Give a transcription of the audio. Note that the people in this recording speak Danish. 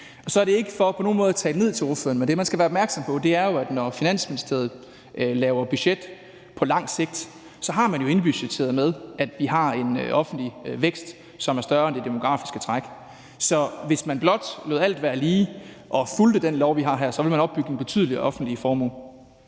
så er det ikke for på nogen måde at tale ned til ordføreren, men det, man skal være opmærksom, er jo, at når Finansministeriet laver budget på langt sigt, så har man budgetteret ind, at vi har en offentlig vækst, som er større end det demografiske træk. Så hvis man blot lod alt være lige og fulgte den lov, vi har her, så ville man opbygge en betydelig offentlig formue.